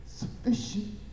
Sufficient